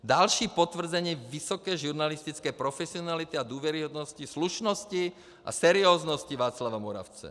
Další potvrzení vysoké žurnalistické profesionality a důvěryhodnosti, slušnosti a serióznosti Václava Moravce.